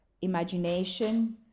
imagination